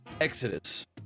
exodus